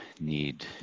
Need